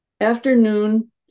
Afternoon